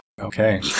Okay